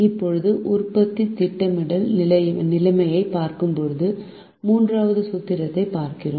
இப்போது உற்பத்தி திட்டமிடல் நிலைமையைப் பார்க்கும் மூன்றாவது சூத்திரத்தைப் பார்க்கிறோம்